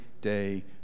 day